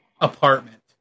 apartment